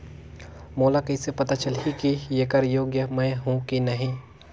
मोला कइसे पता चलही की येकर योग्य मैं हों की नहीं?